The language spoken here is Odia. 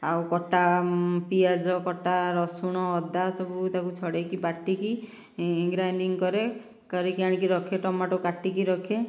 ଆଉ କଟା ପିଆଜ କଟା ରସୁଣ ଅଦା ସବୁ ତାକୁ ଛଡ଼ାଇକି ବାଟିକି ଗ୍ରାଇଂଡିଙ୍ଗ କରେ କରିକି ଆଣିକି ରଖେ ଟମାଟୋ କାଟିକି ରଖେ